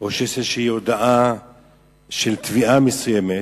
או שיש הודעה כלשהי על תביעה מסוימת,